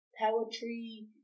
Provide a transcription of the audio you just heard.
poetry